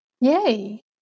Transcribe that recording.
Yay